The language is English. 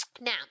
Now